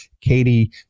Katie